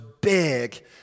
big